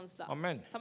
Amen